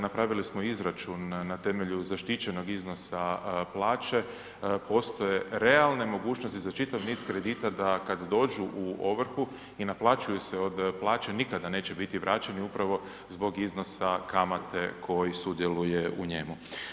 Napravili smo izračun na temelju zaštićenog iznos plaće, postoje realne mogućnosti za čitav niz kredita da kad dođu u ovrhu i naplaćuju se od plaće nikada neće biti vraćeni upravo zbog iznosa kamate koji sudjeluje u njemu.